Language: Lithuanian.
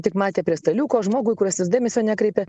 tik matė prie staliuko žmogų kuris į juos dėmesio nekreipė